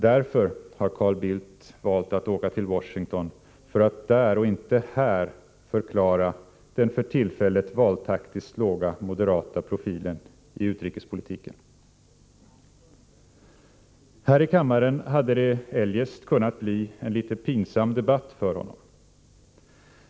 Därför har Carl Bildt valt att åka till Washington för att där och inte här förklara den för tillfället valtaktiskt låga moderatprofilen i utrikespolitiken. Här i kammaren hade det eljest kunnat bli en litet pinsam debatt för honom.